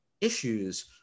issues